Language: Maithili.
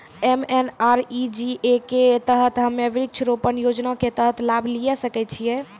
एम.एन.आर.ई.जी.ए के तहत हम्मय वृक्ष रोपण योजना के तहत लाभ लिये सकय छियै?